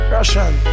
Russian